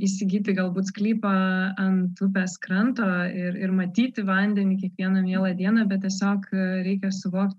įsigyti galbūt sklypą ant upės kranto ir ir matyti vandenį kiekvieną mielą dieną bet tiesiog reikia suvokt